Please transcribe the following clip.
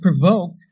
provoked